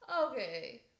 Okay